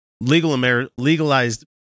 legalized